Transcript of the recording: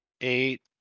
eight